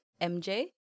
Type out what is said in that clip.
MJ